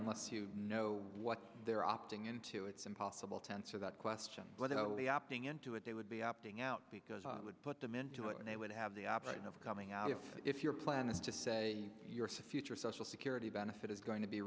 unless you know what they're opting into it's impossible to answer that question whether i will be opting into it they would be opting out because i would put them into it and they would have the option of coming out of if your plan is to say your future social security benefit is going to be